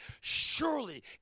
surely